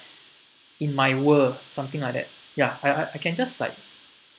in my world something like that ya I I I can just like